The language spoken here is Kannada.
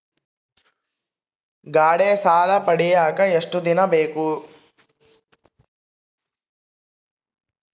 ಗಾಡೇ ಸಾಲ ಪಡಿಯಾಕ ಎಷ್ಟು ದಿನ ಬೇಕು?